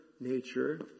nature